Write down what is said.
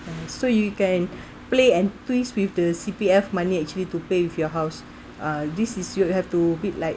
uh so you can play and twist with the C_P_F money actually to pay with your house uh this is you'll have to bid like